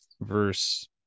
verse